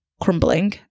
crumbling